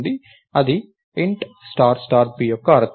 కాబట్టి అది Int star star p యొక్క అర్థం